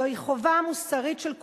זוהי חובה מוסרית של כולנו,